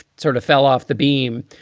sort of fell off the beam.